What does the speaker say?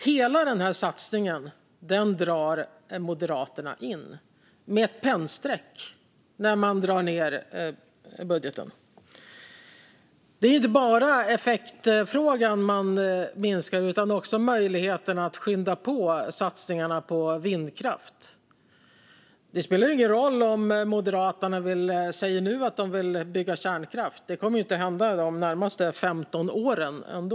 Hela den här satsningen drar Moderaterna in med ett pennstreck i budgeten. Och det är inte bara i fråga om effekten man minskar. Man minskar också möjligheterna att skynda på satsningarna på vindkraft. Det spelar ingen roll att Moderaterna säger att de vill bygga kärnkraft. Det kommer inte att hända de närmaste 15 åren ändå.